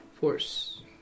force